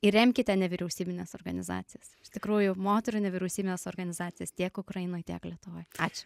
ir remkite nevyriausybines organizacijas iš tikrųjų moterų nevyriausybines organizacijas tiek ukrainoj tiek lietuvoj ačiū